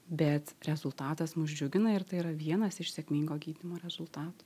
bet rezultatas mus džiugina ir tai yra vienas iš sėkmingo gydymo rezultatų